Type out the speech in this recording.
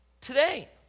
today